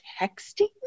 texting